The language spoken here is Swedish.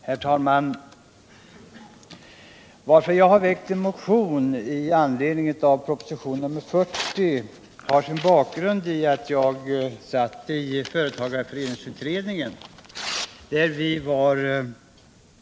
Herr talman! Att jag väckt en motion i anledning av proposition nr 40 har sin bakgrund i att jag satt med i företagarföreningsutredningen.